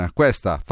questa